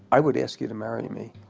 i would ask you to marry me.